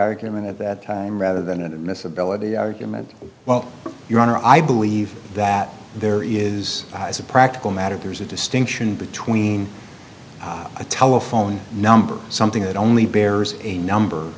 argument at that time rather than admissibility argument well your honor i believe that there is as a practical matter there's a distinction between a telephone number something that only bears a number